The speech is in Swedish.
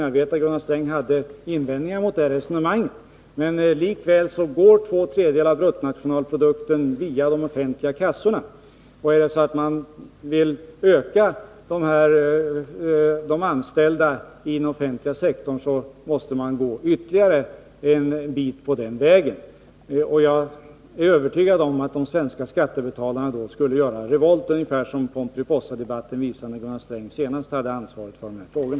Jag vet att Gunnar Sträng hade invändningar mot det resonemanget, men likväl går två tredjedelar av bruttonationalprodukten via de offentliga kassorna, och vill man öka antalet anställda i den offentliga sektorn måste man gå ytterligare en bit på den vägen. Jag är övertygad om att de svenska skattebetalarna då skulle göra revolt — ungefär som i Pomperipossadebatten, som fördes när Gunnar Sträng senast hade ansvaret för de här frågorna.